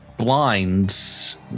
blinds